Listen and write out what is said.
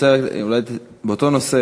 באותו נושא,